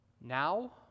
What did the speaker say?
now